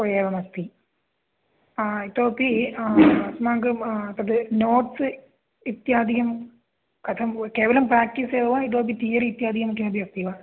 ओ एवमस्ति इतोपि अस्माकं तद् नोट्स् इत्यादिकं कथं ओ केवलं प्रेक्टीस् एव वा इतोपि थियरि किमपि अस्ति वा